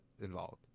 involved